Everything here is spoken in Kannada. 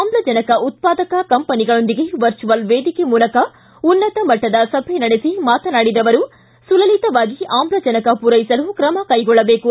ಆಮ್ಲಜನಕ ಉತ್ಪಾದಕ ಕಂಪನಿಗಳೊಂದಿಗೆ ವರ್ಚುವಲ್ ವೇದಿಕೆ ಮೂಲಕ ಉನ್ನತ ಮಟ್ಟದ ಸಭೆ ನಡೆಸಿ ಮಾತನಾಡಿದ ಅವರು ಸುಲಲಿತವಾಗಿ ಆಮ್ಲಜನಕ ಪೂರೈಸಲು ಕ್ರಮ ಕೈಗೊಳ್ಳಬೇಕು